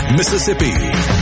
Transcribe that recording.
Mississippi